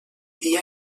dia